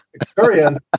experience